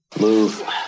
Move